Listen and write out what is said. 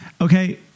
okay